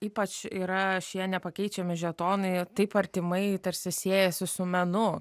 ypač yra šie nepakeičiami žetonai taip artimai tarsi siejasi su menu